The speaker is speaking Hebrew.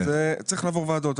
צריך לעבור ועדות.